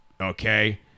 okay